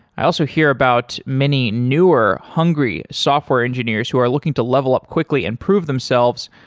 i also hear about many newer, hungry software engineers who are looking to level up quickly and prove themselves